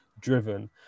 driven